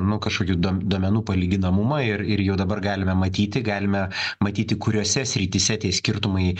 nu kažkokių duom duomenų palyginamumą ir ir jau dabar galime matyti galime matyti kuriose srityse tie skirtumai